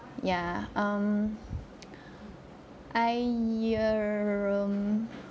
ya um I err mm